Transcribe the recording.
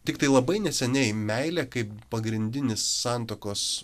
tiktai labai neseniai meilė kaip pagrindinis santuokos